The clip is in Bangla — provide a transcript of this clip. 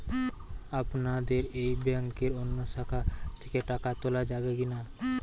আপনাদের এই ব্যাংকের অন্য শাখা থেকে টাকা তোলা যাবে কি না?